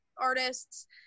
artists